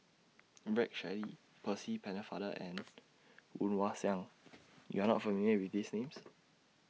Rex Shelley Percy Pennefather and Woon Wah Siang YOU Are not familiar with These Names